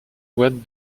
boîte